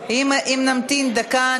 אם נמתין דקה,